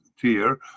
tier